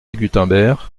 gutenberg